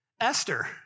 Esther